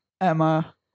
Emma